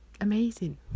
amazing